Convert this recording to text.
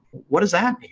what does that